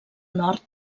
nord